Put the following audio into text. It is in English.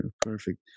perfect